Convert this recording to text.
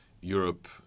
Europe